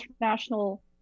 international